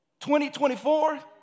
2024